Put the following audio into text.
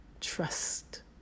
trust